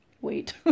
wait